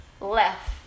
left